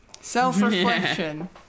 Self-reflection